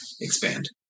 expand